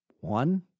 one